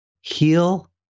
heal